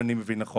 נוסף על תפקיד,